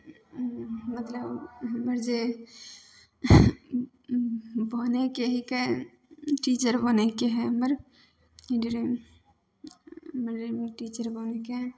मतलब हमर जे बनयके हइके टीचर बनयके हइ हमर ड्रीम ड्रीम टीचर बनयके हइ